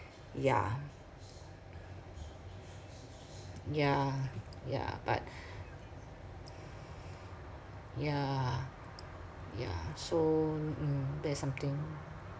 yeah yeah yeah but yeah yeah so mm that's something